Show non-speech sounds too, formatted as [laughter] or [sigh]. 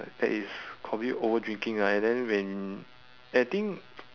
that is probably overdrinking ah and then when and I think [noise]